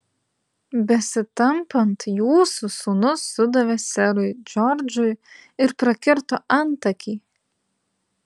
besitampant jūsų sūnus sudavė serui džordžui ir prakirto antakį